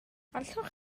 allwch